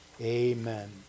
Amen